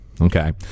Okay